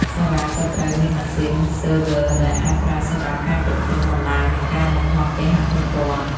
សាលាក៏ត្រូវមានម៉ាស៊ីន server ដែលអាចប្រើសម្រាប់ការគ្រប់គ្រងបណ្តាញនិងការបង្ហោះគេហទំព័រ។